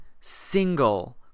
single